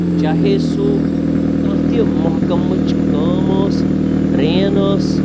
چاہے سُہ کانٛہہ تہِ محکَمٕچ کٲم ٲس ڈرٛین ٲس